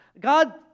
God